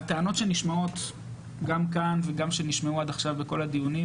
הטענות שנשמעות גם כאן וגם שנשמעו עד עכשיו בכל הדיונים